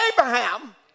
Abraham